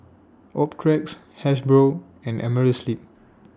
Optrex Hasbro and Amerisleep